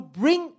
bring